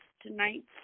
tonight